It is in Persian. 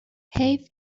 حیف